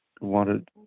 wanted